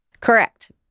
correct